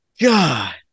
God